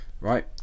Right